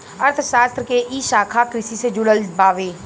अर्थशास्त्र के इ शाखा कृषि से जुड़ल बावे